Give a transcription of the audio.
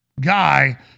guy